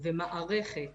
ומערכת